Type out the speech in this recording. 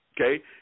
Okay